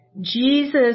Jesus